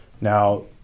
now